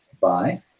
bye